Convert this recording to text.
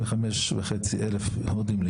על מנת להוריד מחירים.